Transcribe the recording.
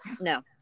No